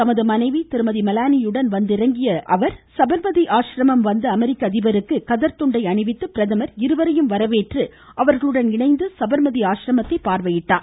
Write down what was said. தமது மனைவி திருமதி மெலானியுடன் வந்திறங்கிய சபர்மதி ஆசிரமம் வந்த அமெரிக்க அதிபருக்கு கதர் துண்டை அணிவித்து பிரதமர் இருவரையும் வரவேற்று அவர்களுடன் இணைந்து சபர்மதி ஆசிரமத்தை பார்வையிட்டார்